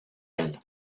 elle